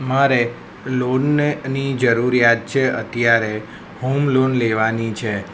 મારે લોનને ની જરૂરિયાત છે અત્યારે હોમ લોન લેવાની છે